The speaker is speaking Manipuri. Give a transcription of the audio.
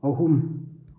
ꯑꯍꯨꯝ